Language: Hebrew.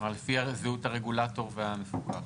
לפי זהות הרגולטור והמפוקח.